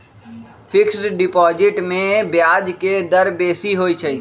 fixed deposit में ब्याज के दर बेशी होइ छइ